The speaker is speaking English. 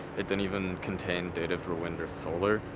it didn't even contain data for wind or solar.